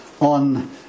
on